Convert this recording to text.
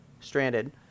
stranded